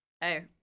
Hey